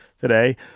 today